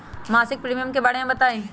मासिक प्रीमियम के बारे मे बताई?